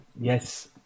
Yes